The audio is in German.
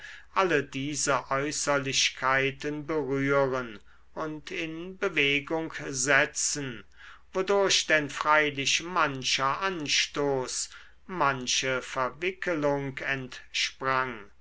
alle diese äußerlichkeiten berühren und in bewegung setzen wodurch denn freilich mancher anstoß manche verwickelung entsprang